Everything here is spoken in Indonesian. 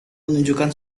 menunjukkan